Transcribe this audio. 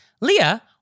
Leah